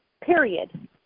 period